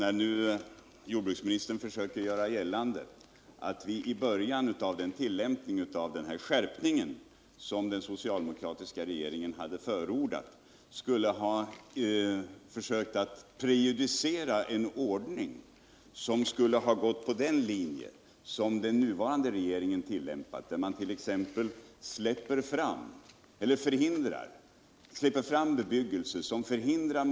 När jordbruksministern nu försöker göra gillande att vi redan omedelbart efter det att den skärpning trätt i kraft som den socialdemokratiska regeringen hade förordat skulle ha börjat prejudicera en ordning av det slag som den nuvarande regeringen fortsatt att tillämpa, är Jordbruksministern ute i ogjort väder.